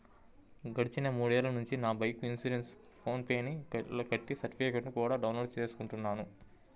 గడిచిన మూడేళ్ళ నుంచి నా బైకు ఇన్సురెన్సుని ఫోన్ పే లో కట్టి సర్టిఫికెట్టుని కూడా డౌన్ లోడు చేసుకుంటున్నాను